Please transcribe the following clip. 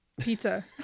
pizza